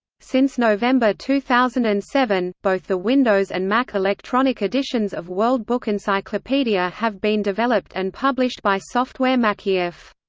since november two thousand and seven, both the windows and mac electronic editions of world book encyclopedia have been developed and published by software mackiev.